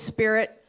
Spirit